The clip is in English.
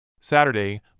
Saturday